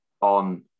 on